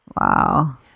Wow